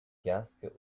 casques